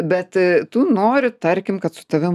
bet tu nori tarkim kad su tavim